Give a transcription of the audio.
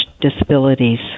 disabilities